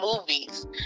movies